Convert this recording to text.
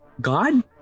God